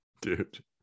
Dude